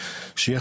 שיהיה